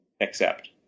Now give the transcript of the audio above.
accept